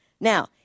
Now